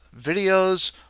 videos